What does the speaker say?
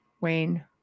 Wayne